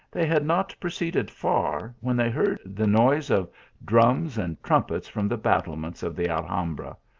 they had not proceeded far when they heard the noise of drums and trumpets from the battlements of the alhambra.